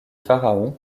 pharaons